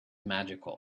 magical